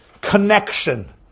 connection